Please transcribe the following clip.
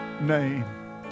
name